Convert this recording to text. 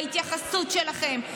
בהתייחסות שלכם.